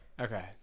Okay